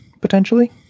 potentially